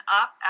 up